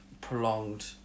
prolonged